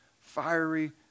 fiery